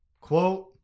quote